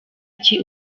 iki